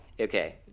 Okay